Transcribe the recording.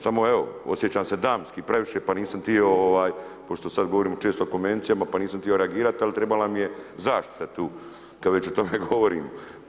Samo evo, osjećam se damski previše pa nisam htio, pošto sad govorimo često o konvencijama, pa nisam htio reagirati, ali trebala mi je zaštita tu, kad već o tome govorimo.